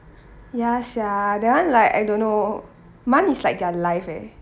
ya sia that one like I don't know is like their life eh